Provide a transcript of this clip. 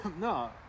no